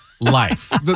life